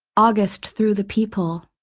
august through the peephole